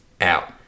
out